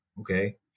Okay